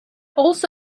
also